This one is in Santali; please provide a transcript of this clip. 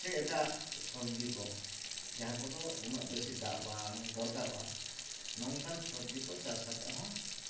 ᱥᱮ ᱮᱴᱟᱜ ᱥᱚᱵᱽᱡᱤᱠᱚ ᱡᱟᱦᱟᱸ ᱠᱚᱫᱚ ᱩᱱᱟᱹᱜ ᱵᱮᱥᱤ ᱫᱟᱜ ᱵᱟᱝ ᱫᱚᱨᱠᱟᱨᱚᱜᱼᱟ ᱱᱚᱝᱠᱟᱱ ᱥᱚᱵᱽᱡᱤ ᱠᱚ ᱪᱟᱥ ᱠᱟᱛᱮ ᱦᱚᱸ